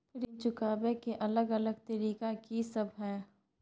ऋण चुकाबय के अलग अलग तरीका की सब हय?